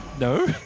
No